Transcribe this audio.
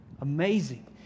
Amazing